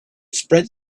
spread